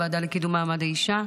הוועדה לקידום מעמד האישה,